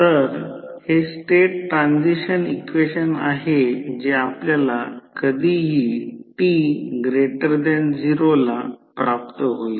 तर हे state transition equation आहे जे आपल्याला कधीही t0 ला प्राप्त होईल